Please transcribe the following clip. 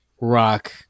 rock